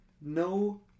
no